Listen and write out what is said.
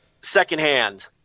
secondhand